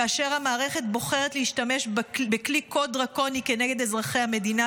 כאשר המערכת בוחרת להשתמש בכלי כה דרקוני כנגד אזרחי המדינה,